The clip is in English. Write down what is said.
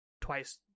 twice